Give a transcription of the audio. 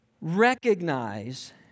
Recognize